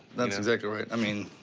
that's exactly right. i mean,